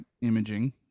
Imaging